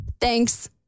Thanks